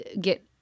get